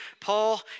Paul